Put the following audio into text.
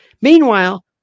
Meanwhile